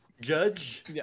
Judge